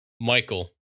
michael